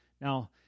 Now